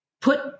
put